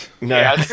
No